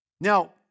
Now